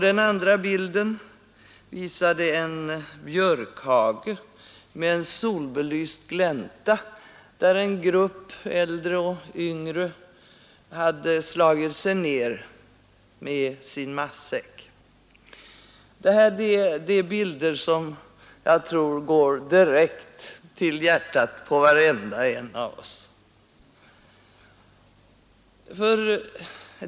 Den andra bilden visade en björkhage med en solbelyst glänta, där en grupp äldre och yngre hade slagit sig ned med sin matsäck. Det här är bilder som jag tror går direkt till hjärtat på varenda en av oss.